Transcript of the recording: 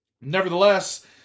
nevertheless